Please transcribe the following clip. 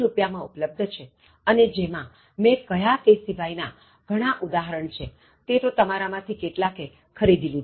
માં ઉપલબ્ધ છે અને જેમાં મેં કહ્યા તે સિવાય ના ઘણાં ઉદાહરણ છે તે તો તમારા માં થી કેટલાકે ખરીદી લીધી હશે